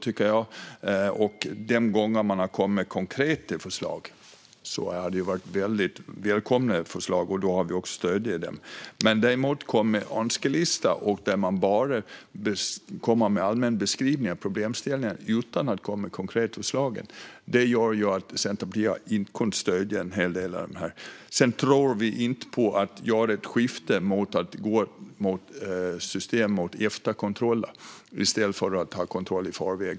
De gånger som de har kommit med konkreta förslag har det varit välkomna förslag, och då har vi stött dem. Men när de kommer med en önskelista och bara har allmänna beskrivningar av problem utan några konkreta förslag har Centerpartiet inte kunnat stödja detta. Vi tror heller inte på att man ska göra ett skifte till ett system av efterkontroller i stället för att ha förkontroller.